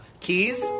keys